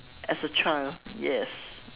as a child yes